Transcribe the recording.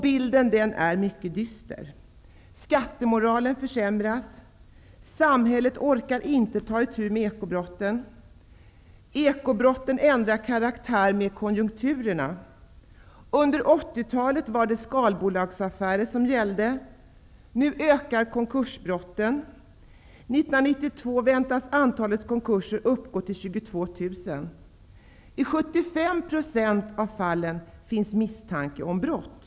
Bilden är mycket dyster. Skattemoralen försämras. Samhället orkar inte ta itu med ekobrotten. Ekobrotten ändrar karaktär med konjunkturerna. Under 1980-talet var det skalbolagsaffärer som gällde. Nu ökar konkursbrotten. Under 1992 av dessa fall finns misstanke om brott.